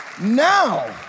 Now